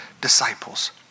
disciples